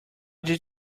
did